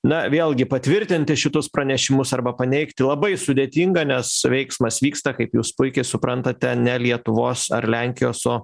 na vėlgi patvirtinti šituos pranešimus arba paneigti labai sudėtinga nes veiksmas vyksta kaip jūs puikiai suprantate ne lietuvos ar lenkijos o